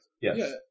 Yes